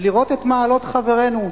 ולראות את מעלות חברינו.